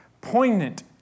poignant